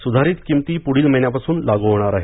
सुधारित किमती पुढील महिन्यापासून लागू होणार आहेत